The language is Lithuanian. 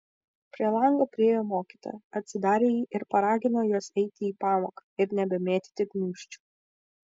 prie lango priėjo mokytoja atsidarė jį ir paragino juos eiti į pamoką ir nebemėtyti gniūžčių